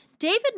David